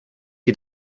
die